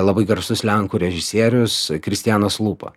labai garsus lenkų režisierius kristianas lupa